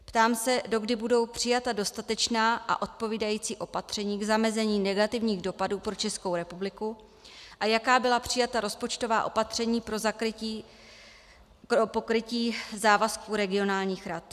Ptám se, dokdy budou přijata dostatečná a odpovídající opatření k zamezení negativních dopadů pro Českou republiku a jaká byla přijata rozpočtová opatření pro pokrytí závazků regionálních rad.